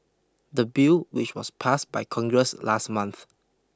the bill which was passed by Congress last month